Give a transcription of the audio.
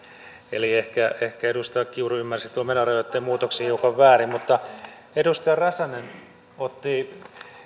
eli ehkä ehkä edustaja kiuru ymmärsi tuon menorajoitteen muutoksen hiukan väärin mutta edustaja räsänen otti